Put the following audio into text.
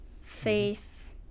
faith